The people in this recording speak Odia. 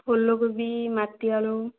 ଫୁଲକୋବି ମାଟିଆଳୁ